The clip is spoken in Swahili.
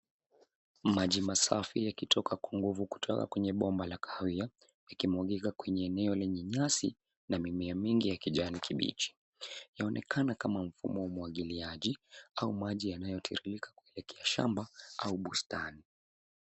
Maji masafi yakitoka kwa nguvu kutoka kwenye bomba la kahawia yakimwagika kwenye eneo lenye nyasi na mimea mingi ya kijani kibichi. Yaonekana kama mfumo wa umwagiliaji au maji yanayo tiririka katika shamba au bustani.